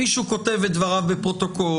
מישהו כותב את דבריו בפרוטוקול,